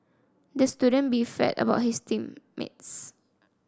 the student beefed about his team mates